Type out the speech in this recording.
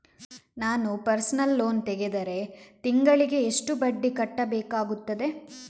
ನಾನು personal loan ತೆಗೆದರೆ ತಿಂಗಳಿಗೆ ಎಷ್ಟು ಬಡ್ಡಿ ಕಟ್ಟಬೇಕಾಗುತ್ತದೆ?